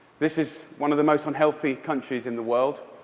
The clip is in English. this is one of the most unhealthy countries in the world.